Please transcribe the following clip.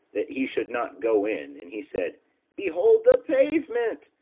that he should not go in and he said behold the pavement,